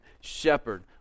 shepherd